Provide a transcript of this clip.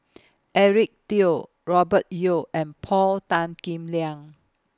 Eric Teo Robert Yeo and Paul Tan Kim Liang